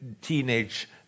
teenage